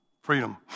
freedom